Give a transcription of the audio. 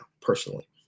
personally